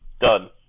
Done